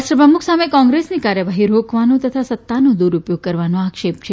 રાષ્ટ્રપ્રમુખ સામે કોંગ્રેસની કાર્યવાહી રોકવાનો તથા સત્તાનો દુરૂપયોગ કરવાનો આક્ષેપ છે